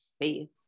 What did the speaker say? faith